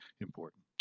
important